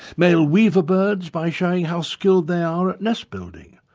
male weaver birds by showing how skilled they are at nest building,